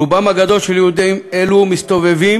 רובם הגדול של יהודים אלו מסתובבים